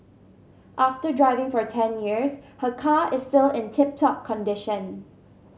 after driving for ten years her car is still in tip top condition